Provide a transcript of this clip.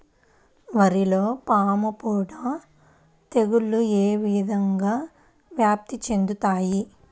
వరిలో పాముపొడ తెగులు ఏ విధంగా వ్యాప్తి చెందుతాయి?